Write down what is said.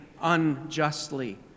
unjustly